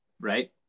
Right